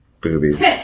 Boobies